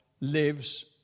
lives